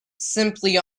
simply